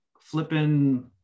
flipping